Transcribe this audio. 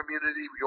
community